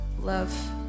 love